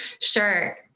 Sure